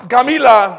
Camila